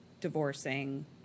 divorcing